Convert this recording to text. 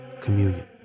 communion